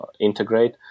integrate